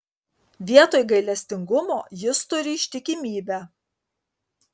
vietoj gailestingumo jis turi ištikimybę